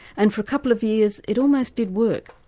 and for a couple of years, it almost did work.